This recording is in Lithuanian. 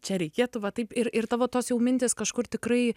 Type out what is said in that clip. čia reikėtų va taip ir ir tavo tos jau mintys kažkur tikrai